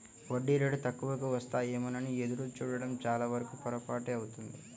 వడ్డీ రేటు తక్కువకు వస్తాయేమోనని ఎదురు చూడడం చాలావరకు పొరపాటే అవుతుంది